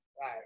right